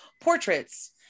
portraits